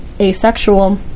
asexual